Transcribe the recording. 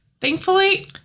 Thankfully